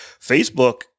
Facebook